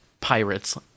pirates